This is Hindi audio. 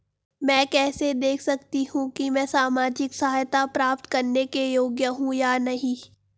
मैं कैसे देख सकती हूँ कि मैं सामाजिक सहायता प्राप्त करने के योग्य हूँ या नहीं?